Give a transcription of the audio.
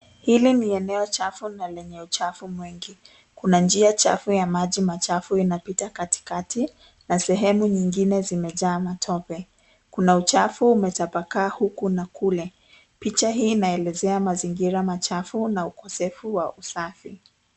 Hili ni eneo chafu na lenye uchafu mwingi. Kuna njia chafu ya maji machafu inapita katikati na sehemu nyingine zimejaa matope. Kuna uchafu umetapakaa huku na kule. Picha hii inaelezea mazingira machafu ma ukosefu wa usafi.